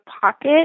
pocket